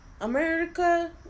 America